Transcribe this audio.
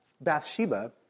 Bathsheba